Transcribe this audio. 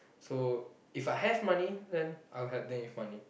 so If I have money then I will help them with money